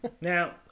Now